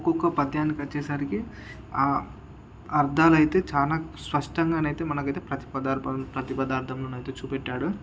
ఒక్కొక్క పద్యానికి వచ్చేసరికి ఆ అర్థాలైతే చాలా స్పష్టంగానైతే మనకైతే ప్రతి పదార్భం పదార్థంలోనైతే చూపెట్టాడు